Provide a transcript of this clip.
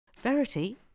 Verity